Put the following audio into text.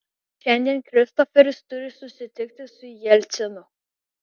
šiandien kristoferis turi susitikti su jelcinu